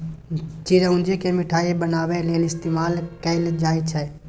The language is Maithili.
चिरौंजी केँ मिठाई बनाबै लेल इस्तेमाल कएल जाई छै